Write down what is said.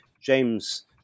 James